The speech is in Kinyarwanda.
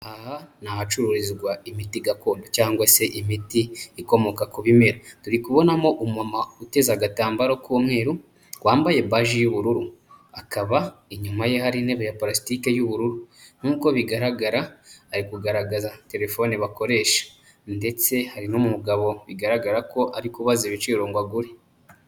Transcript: Aha ni ahacururizwa imiti gakondo cyangwa se imiti ikomoka ku bimera, turi kubonamo umumama uteza agatambaro k'umweru, wambaye baji y'ubururu. Akaba inyuma ye hari intebe ya parasitiki y'ubururu, nk'uko bigaragara ari kugaragaza terefone bakoresha, ndetse hari n'umugabo bigaragara ko ari kubaza ibiciro ngo agure.